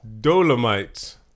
Dolomite